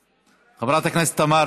חבר הכנסת מוסי רז,